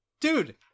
Dude